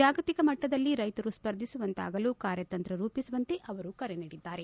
ಜಾಗತಿ ಮಟ್ಟದಲ್ಲಿ ರೈತರು ಸ್ಪರ್ಧಿಸುವಂತಾಗಲು ಕಾರ್ಯತಂತ್ರ ರೂಪಿಸುವಂತೆ ಅವರು ಕರೆ ನೀಡಿದ್ದಾರೆ